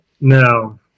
no